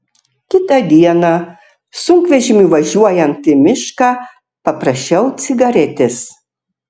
kitą dieną sunkvežimiu važiuojant į mišką paprašiau cigaretės